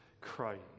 Christ